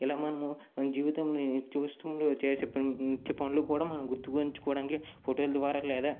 ఇలా మనము జీవితంలో చూస్తుంటే చేసే మంచి పనులు కూడా మనం గుర్తుంచుకోవడానికి ఫోటోలు ద్వారా లేదా